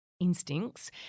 instincts